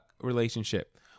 relationship